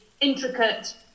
intricate